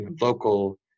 local